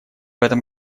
этом